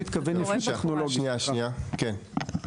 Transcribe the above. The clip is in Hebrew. כן.